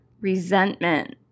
resentment